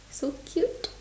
so cute